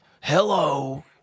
Hello